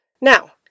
Now